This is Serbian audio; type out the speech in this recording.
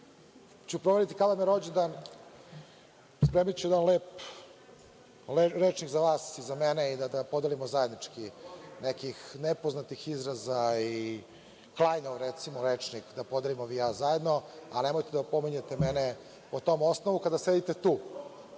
Pošto ću, kao za rođendan, spremiću jedan lep rečnik za vas i za mene i da ga podelimo zajednički, nekih nepoznatih izraza, recimo Klajnov rečnik da podelimo vi i ja zajedno, ali nemojte da opominjete mene po tom osnovu kada sedite tu.